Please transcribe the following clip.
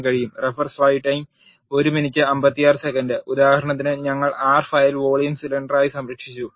ഉദാഹരണത്തിന് ഞങ്ങൾ R file volume സിലിണ്ടറായി സംരക്ഷിച്ചു